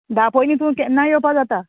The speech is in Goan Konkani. धा पयलीं तूं केन्नाय येवपा जाता